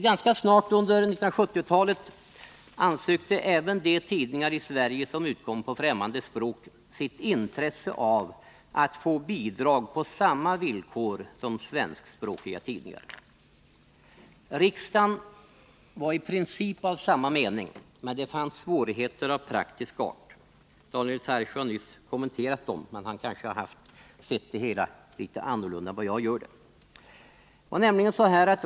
Ganska snart under 1970-talet anmälde även de tidningar i Sverige som utkom på främmande språk sitt intresse av att få bidrag på samma villkor som svenskspråkiga tidningar. Riksdagen var i princip av samma mening, men det fanns svårigheter av praktisk art. Daniel Tarschys har nyss kommenterat dessa, men han kanske ser litet annorlunda på saken än vad jag gör.